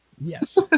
Yes